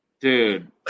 dude